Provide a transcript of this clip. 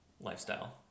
lifestyle